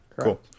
cool